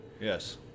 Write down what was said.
yes